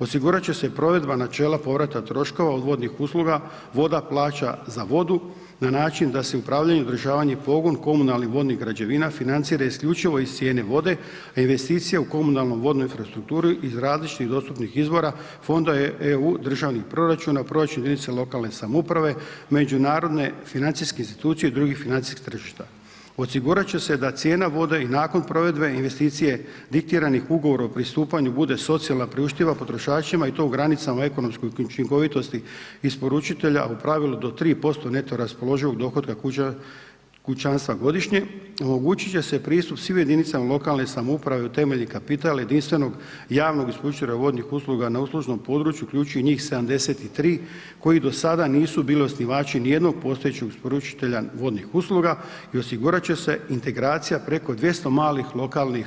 Osigurati će se provedba načela povrata troškova odvodnih usluga, voda plaća za vodu, na način, da se upravljanje i održavanje pogon, komunalnih vodnih građevina, financira isključivo iz cijene vode, a investicije u komunalnoj vodnoj infrastrukturi, iz različitih dostupnih izbora fondova EU državni priračuna, proračuna jedinice lokalne samouprave, međunarodne financijske insinuacije i drugih financijskih tržišta, osigurati će se da cijena vode i nakon provedbe investicije diktiranih ugovora o pristupanju bude socijalna priuštiva potrošačima i to u granicama ekonomske učinkovitosti isporučitelja a u pravilu do 3% neto raspoloživog dohotka kućanstva godišnje, omogućiti će se pristup sive jedinice lokalne samouprave, u temeljni kapital jedinstvenog javnog isporučitelja vodnih usluga na uslužnom području uključi njih 73 koji do sadan isu bili osnivači ni jednog postojećeg isporučitelja vodnih usluga i osigurati će se integracija preko 200 malih lokalnih,